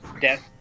death